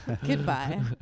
Goodbye